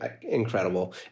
incredible